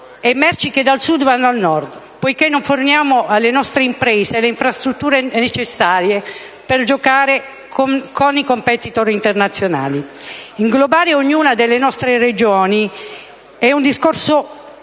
merci che dal Sud vanno al Nord, poiché non forniamo alle nostre imprese le infrastrutture necessarie per giocare con i *competitor* internazionali. Inglobare ognuna delle nostre Regioni in un discorso unico, che